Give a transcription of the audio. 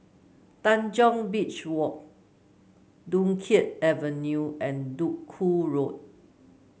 Tanjong Beach Walk Dunkirk Avenue and Duku Road